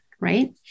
right